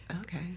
Okay